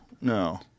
no